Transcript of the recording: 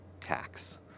tax